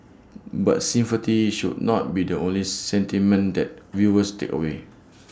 but sympathy should not be the only sentiment that viewers take away